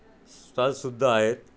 स्टॉल्ससुद्धा आहेत